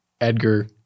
Edgar